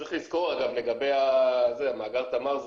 צריך לזכור לגבי מאגר תמר,